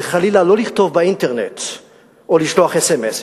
וחלילה לא לכתוב באינטרנט או לשלוח אס.אם.אס,